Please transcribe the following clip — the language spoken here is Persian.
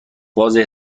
واضح